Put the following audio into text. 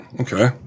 Okay